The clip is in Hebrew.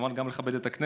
וכמובן גם לכבד את הכנסת.